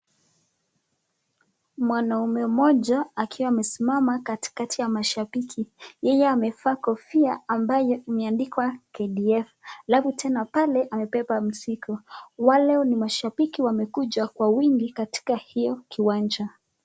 Mwanaume mmoja akiwa amesimama katikati ya mashabiki. Yeye amevaa kofia ambayo imeandikwa KDF, halafu tena pale amebeba mzigo. Wale ni mashabiki wamekuja kwa wingi katika hiyo kiwanja.